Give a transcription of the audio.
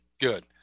good